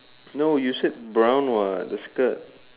no you said brown [what] the skirt